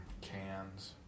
Cans